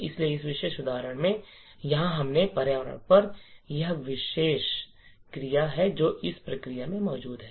इसलिए इस विशेष उदाहरण में यहां हमने पर्यावरण चर पर विचार किया है जो इस प्रक्रिया में मौजूद है